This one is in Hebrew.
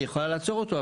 אז היא יכולה לעצור אותו.